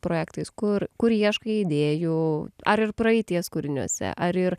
projektais kur kur ieškai idėjų ar ir praeities kūriniuose ar ir